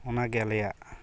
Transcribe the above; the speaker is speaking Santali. ᱚᱱᱟᱜᱮ ᱟᱞᱮᱭᱟᱜ